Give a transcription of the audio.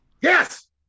Yes